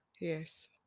yes